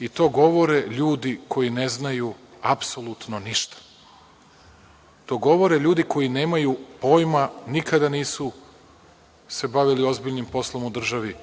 i to govore ljudi koji ne znaju apsolutno ništa. To govore ljudi koji se nikada nisu bavili ozbiljnim poslom u državi,